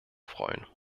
freuen